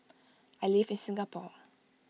I live in Singapore